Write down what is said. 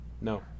No